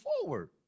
forward